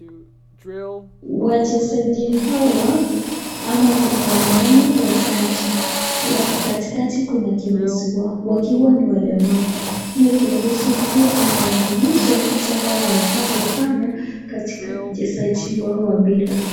Wachezaji hawa ama kuna wanaume watatu alafu katikati kuna kiongozi wao wakiwa ni walemavu. Huyo kiongozi huwa anawaelimisha jinsi ambavyo wanafaa kufanya katika uchezaji wao wa mpira.